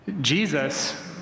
jesus